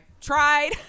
tried